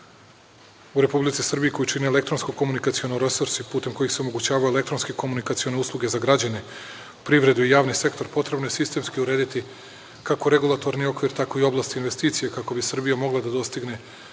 u Republici Srbiji koji čine elektronsku komunikacioni resorsi putem kojih se omogućava elektronski komunikacione usluge za građane, privredu i javnih sektor potrebno je sistemski urediti kako regulatorni okvir tako i oblasti investicije kako bi Srbija mogla da dostigne